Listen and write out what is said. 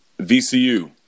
VCU